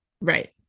Right